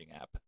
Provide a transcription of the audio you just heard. app